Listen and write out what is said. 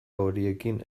horiekin